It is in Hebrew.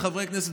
חברי הכנסת,